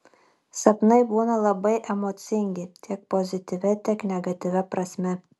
sapnai būna labai emocingi tiek pozityvia tiek negatyvia prasme